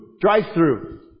drive-through